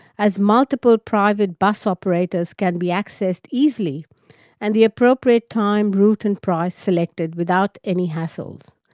as multiple private bus operators can be accessed easily and the appropriate time, route and price selected without any hassles.